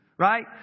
right